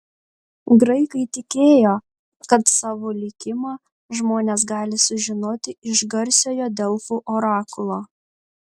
graikai tikėjo kad savo likimą žmonės gali sužinoti iš garsiojo delfų orakulo